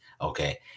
okay